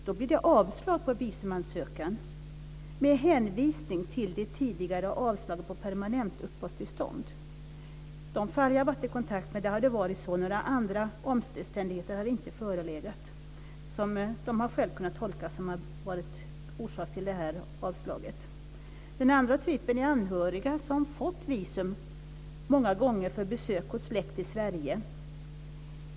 Då blir det avslag på visumansökan med hänvisning till det tidigare avslaget på permanent uppehållstillstånd. I de fall som jag varit i kontakt med har det varit så att några andra omständigheter inte har förelegat som de själva kunnat tolka som orsak till avslaget. Den andra typen är anhöriga som många gånger har fått visum för besök hos släkt i Sverige.